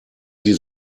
die